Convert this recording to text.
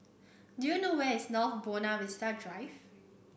do you know where is North Buona Vista Drive